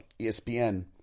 ESPN